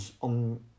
on